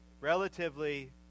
relatively